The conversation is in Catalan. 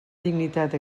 dignitat